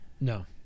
no